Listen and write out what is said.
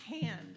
hand